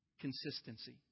consistency